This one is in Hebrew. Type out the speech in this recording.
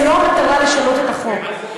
המטרה היא לא לשנות את החוק,